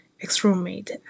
ex-roommate